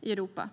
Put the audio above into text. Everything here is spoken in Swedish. i Europa.